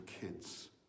kids